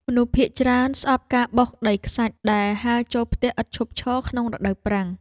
មនុស្សភាគច្រើនស្អប់ការបោសដីខ្សាច់ដែលហើរចូលផ្ទះឥតឈប់ឈរក្នុងរដូវប្រាំង។